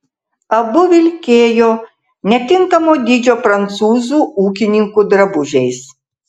abu vilkėjo netinkamo dydžio prancūzų ūkininkų drabužiais